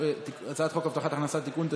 הצעת חוק הבטחת הכנסה (תיקון,